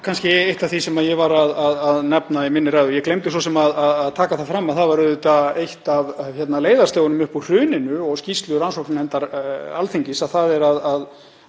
var eitt af því sem ég var að nefna í ræðu minni. Ég gleymdi svo sem að taka það fram að það var auðvitað eitt af leiðarstefjunum upp úr hruninu og skýrslu rannsóknarnefndar Alþingis að ráðuneytin